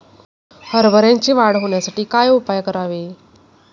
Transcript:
हरभऱ्याची वाढ होण्यासाठी काय उपाय करावे?